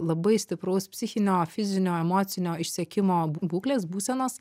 labai stipraus psichinio fizinio emocinio išsekimo b būklės būsenos